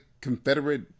Confederate